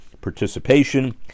participation